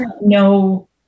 no